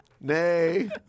Nay